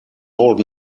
old